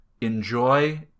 enjoy